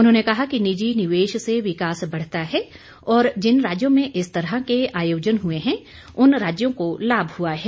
उन्होंने कहा कि निजी निवेश से विकास बढ़ता है और जिन राज्यों में इस तरह के आयोजन हुए हैं उन राज्यों को लाभ हुआ है